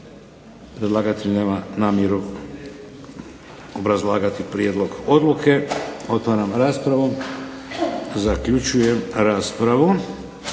Predlagatelj nema namjeru obrazlagati prijedlog odluke. Otvaram raspravu. Zaključujem raspravu.